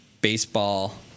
baseball